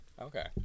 Okay